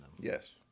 Yes